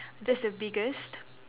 that's the biggest